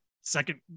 second